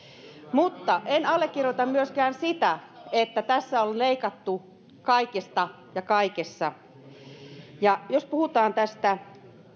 en allekirjoita myöskään sitä että tässä on leikattu kaikesta ja kaikessa jos puhutaan tästä